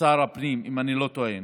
שר הפנים, אם אני לא טועה.